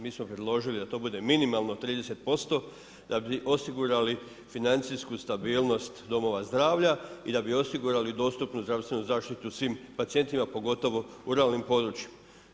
Mi smo predložili da to bude minimalno 30% da ib osigurali financijsku stabilnost domova zdravlja i da bi osigurali dostupnu zdravstvenu zaštitu svim pacijentima, pogotovo u ruralnim područjima.